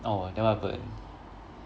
oh then what happened